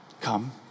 Come